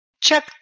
Chuck